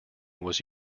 was